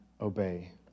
obey